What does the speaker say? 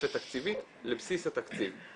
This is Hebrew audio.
תוספת תקציבית לבסיס התקציב.